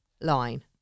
line